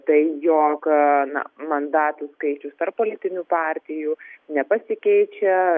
tai jog na mandatų skaičius tarp politinių partijų nepasikeičia